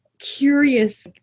Curious